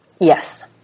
Yes